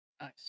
Nice